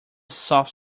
soft